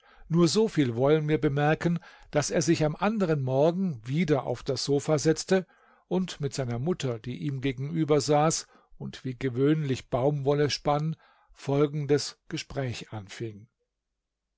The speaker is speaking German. nur so viel wollen wir bemerken daß er sich am anderen morgen wieder auf das sofa setzte und mit seiner mutter die ihm gegenüber saß und wie gewöhnlich baumwolle spann folgendes gespräch anfing